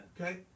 Okay